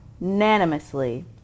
unanimously